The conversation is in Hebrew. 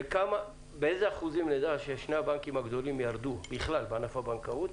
באיזה אחוזים נדע ששני הבנקים הגדולים ירדו בכלל בענף הבנקאות,